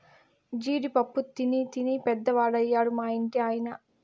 జీడి పప్పు తినీ తినీ పెద్దవాడయ్యాడు మా ఇంటి ఆయన